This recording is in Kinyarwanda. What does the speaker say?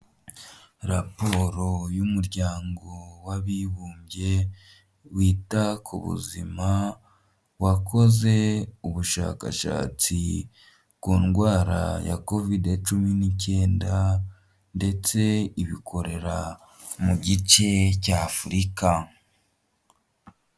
Raporo y'umuryango w'abibumbye wita ku buzima, wakoze ubushakashatsi ku ndwara ya Kovide cumi n'ikenda ndetse ibikorera mu gice cya Afurika.